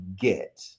get